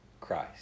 Christ